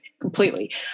completely